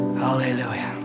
Hallelujah